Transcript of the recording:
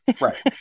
Right